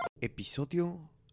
Episodio